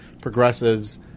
progressives